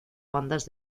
bandas